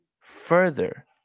further